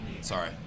Sorry